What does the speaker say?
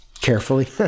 carefully